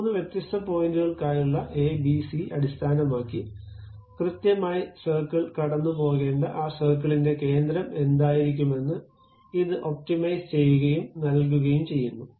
മൂന്ന് വ്യത്യസ്ത പോയിന്റുകൾക്കായുള്ള a b c അടിസ്ഥാനമാക്കി കൃത്യമായി സർക്കിൾ കടന്നുപോകേണ്ട ആ സർക്കിളിന്റെ കേന്ദ്രം എന്തായിരിക്കണമെന്ന് ഇത് ഒപ്റ്റിമൈസ് ചെയ്യുകയും നൽകുകയും ചെയ്യുന്നു